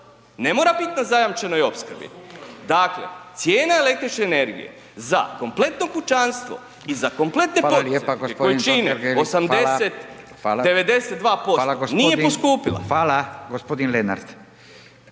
ne mora bit na zajamčenoj opskrbi. Dakle cijena električne energije za kompletno kućanstvo i za kompletne poduzetnike koji čine 80, 92% nije poskupila. **Radin, Furio